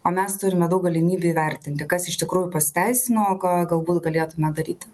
o mes turime daug galimybių įvertinti kas iš tikrųjų pasiteisino o ko galbūt galėtume daryti